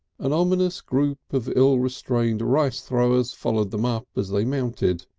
an ominous group of ill-restrained rice-throwers followed them up as they mounted.